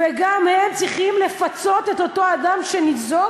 וגם הם צריכים לפצות את אותו אדם שניזוק